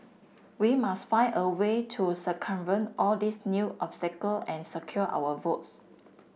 we must find a way to circumvent all these new obstacle and secure our votes